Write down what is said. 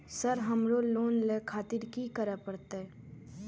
Sir हमरो loan ले खातिर की करें परतें?